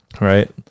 Right